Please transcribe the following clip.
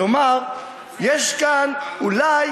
כלומר יש כאן, אולי